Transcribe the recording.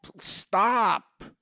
stop